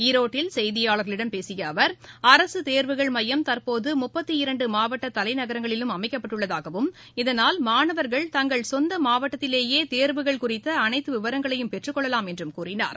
ஈரோட்டில் செய்தியாளர்களிடம் பேசிய அவர் அரசு தேர்வுகள் மையம் த்றபோது முப்த்திரண்டு மாவட்ட தலைநகரங்களிலும் அமைக்கப்பட்டுள்ளதாகவும் இதனால் மாணவர்கள் தங்கள் சொந்த மாவட்டத்திலேயே தேர்வுகள் குறித்த அளைத்து விவரங்களையும் பெற்றுக்கொள்ளவாம் என்றார்